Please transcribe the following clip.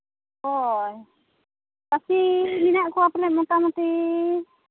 ᱦᱳᱭ ᱠᱷᱟᱹᱥᱤ ᱢᱮᱱᱟᱜ ᱠᱚᱣᱟ ᱛᱤᱱᱟᱹᱜ ᱢᱳᱴᱟᱢᱩᱴᱤ